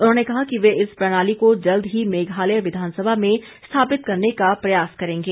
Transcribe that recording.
उन्होंने कहा कि वे इस प्रणाली को जल्द ही मेघालय विधानसभा में स्थापित करने का प्रयास करेंगे